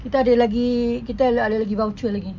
kita ada lagi kita ada lagi voucher lagi